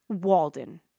Walden